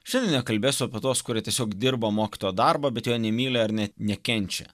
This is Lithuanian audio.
šiandien nekalbėsiu apie tuos kurie tiesiog dirba mokytojo darbą bet jo nemyli ar net nekenčia